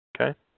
Okay